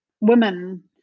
women